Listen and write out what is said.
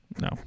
No